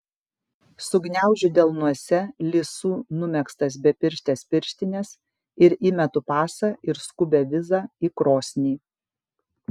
sugniaužiu delnuose lisu numegztas bepirštes pirštines ir įmetu pasą ir skubią vizą į krosnį